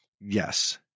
Yes